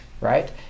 right